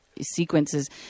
sequences